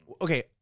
Okay